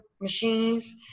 machines